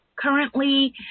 currently